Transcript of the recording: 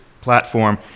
platform